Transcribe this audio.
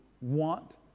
want